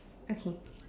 okay